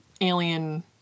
alien